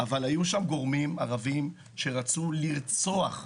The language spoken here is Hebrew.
אבל היו שם גורמים ערבים שרצו לרצוח.